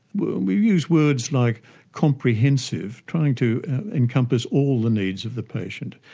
we use words like comprehensive, trying to encompass all the needs of the patient.